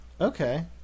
Okay